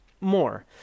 more